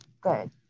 good